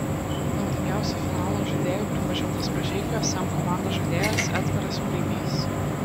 naudingiausiu finalo žaidėju pripažintas mažeikių sm komandos žaidėjas edgaras preibys